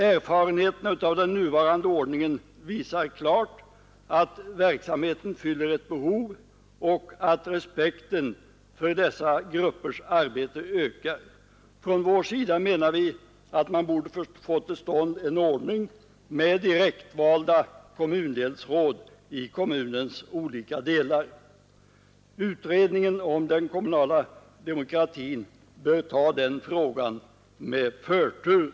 Erfarenheterna av den nuvarande ordningen visar klart att verksamhe ten fyller ett behov och att respekten för dessa gruppers arbete ökar. Från vår sida menar vi att man borde få till stånd en ordning med direktvalda kommundelsråd i kommunens olika delar. Utredningen om den kommunala demokratin bör behandla den frågan med förtur.